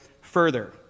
further